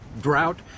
drought